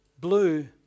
blue